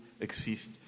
exist